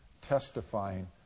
testifying